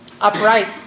Upright